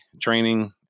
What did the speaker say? training